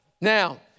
Now